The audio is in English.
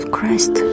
Christ